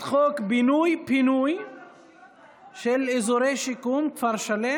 לוועדה לשירותי דת.